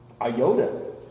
iota